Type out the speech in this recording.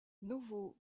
novo